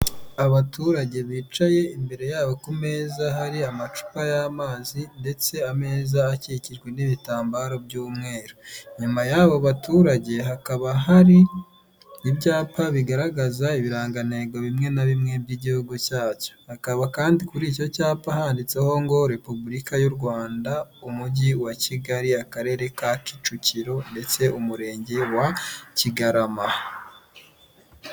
Abaturage bicaye imbere yabo ku meza hari amacupa y'amazi ndetse ameza akikijwe n'ibitambaro by'umweru, inyuma y'abo baturage hakaba hari ibyapa bigaragaza ibirangantego bimwe na bimwe by'igihugu cyacyo, hakaba kandi kuri icyo cyapa handitseho ngo repubulika y'u Rwanda umujyi wa Kigali akarere ka Kicukiro ndetse umurenge wa Kigarama.